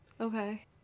okay